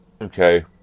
Okay